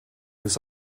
was